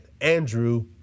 Andrew